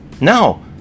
No